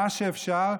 מה שאפשר,